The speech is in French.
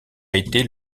été